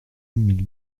mille